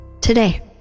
today